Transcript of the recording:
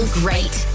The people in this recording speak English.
great